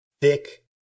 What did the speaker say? thick